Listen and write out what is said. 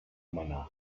manar